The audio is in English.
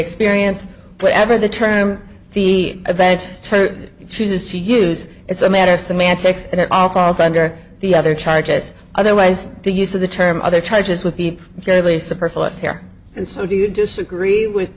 experience whatever the term the event chooses to use is a matter of semantics and it all falls under the other charges otherwise the use of the term other charges would be fairly superfluous here and so do you disagree with